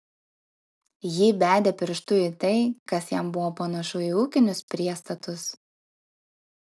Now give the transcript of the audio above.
ji bedė pirštu į tai kas jam buvo panašu į ūkinius priestatus